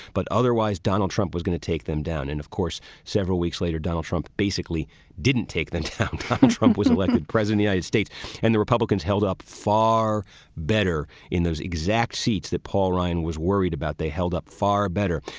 but otherwise, donald trump was going to take them down. and of course, several weeks later, donald trump basically didn't take them um down. um and trump was elected president. united states and the republicans held up far better in those exact seats that paul ryan was worried about. they held up far better.